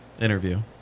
Interview